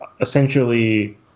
essentially